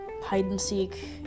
hide-and-seek